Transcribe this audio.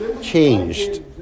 changed